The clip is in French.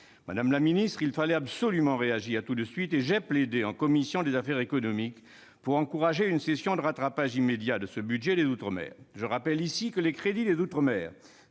Madame la ministre, il fallait absolument réagir tout de suite. J'ai plaidé en commission des affaires économiques pour un rattrapage immédiat dans ce budget des outre-mer. Je rappelle ici que les crédits des outre-mer